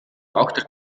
доктор